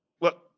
look